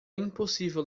impossível